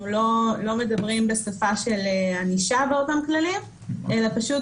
אנחנו לא מדברים בשפה של ענישה באותם כללים אלא פשוט